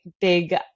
big